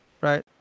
right